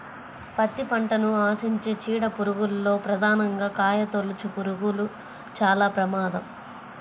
పత్తి పంటను ఆశించే చీడ పురుగుల్లో ప్రధానంగా కాయతొలుచుపురుగులు చాలా ప్రమాదం